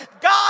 God